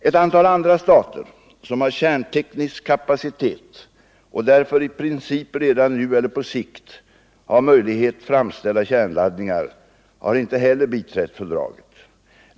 Ett antal andra stater, som har kärnteknisk kapacitet och därför i princip redan nu eller på sikt har möjlighet framställa kärnladdningar har inte heller biträtt fördraget.